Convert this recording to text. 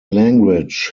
language